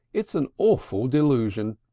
it's an awful delusion!